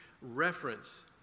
reference